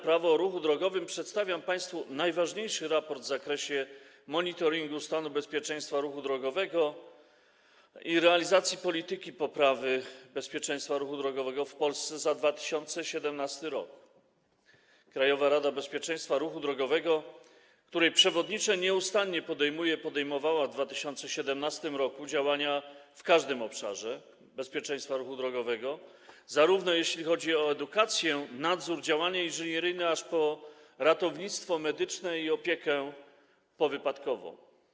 Prawo o ruchu drogowym przedstawiam państwu najważniejszy raport w zakresie monitoringu stanu bezpieczeństwa ruchu drogowego i realizacji polityki poprawy bezpieczeństwa ruchu drogowego w Polsce za 2017 r. Krajowa Rada Bezpieczeństwa Ruchu Drogowego, której przewodniczę, nieustannie podejmuje i podejmowała w 2017 r. działania w każdym obszarze bezpieczeństwa ruchu drogowego, zarówno jeśli chodzi o edukację, nadzór, działania inżynieryjne, jak i ratownictwo medyczne i opiekę powypadkową.